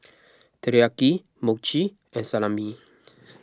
Teriyaki Mochi and Salami